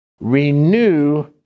Renew